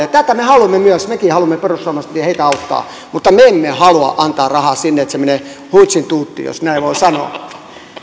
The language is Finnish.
ja tätä myös me haluamme mekin perussuomalaiset haluamme heitä auttaa mutta me emme halua antaa rahaa sinne niin että se menee huitsin tuuttiin jos näin voi sanoa arvoisa puhemies